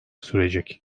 sürecek